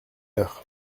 heure